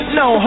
no